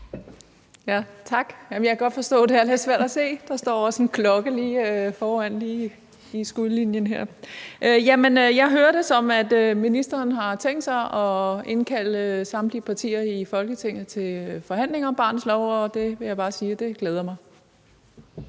jeg kan godt forstå, det er lidt svært at se. Der står også en klokke lige i skudlinjen. Men jeg hører det, som om ministeren har tænkt sig at indkalde samtlige partier i Folketinget til forhandlinger om barnets lov, og jeg vil